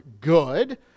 good